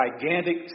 gigantic